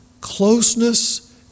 closeness